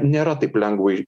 nėra taip lengva